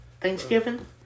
Thanksgiving